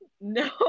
no